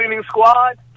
squad